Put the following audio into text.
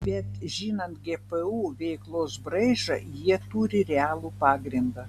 bet žinant gpu veiklos braižą jie turi realų pagrindą